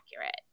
accurate